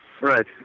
Right